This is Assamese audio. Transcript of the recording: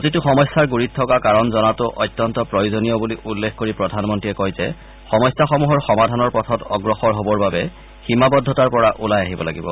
প্ৰতিটো সমস্যাৰ গুৰিত থকা কাৰণ জনাটো অত্যন্ত প্ৰয়োজনীয় বুলি উল্লেখ কৰি প্ৰধানমন্ত্ৰীয়ে কয় যে সমস্যা সমূহৰ সমাধানৰ পথত অগ্ৰসৰ হবৰ বাবে সীমাবদ্ধতাৰ পৰা ওলাই আহিব লাগিব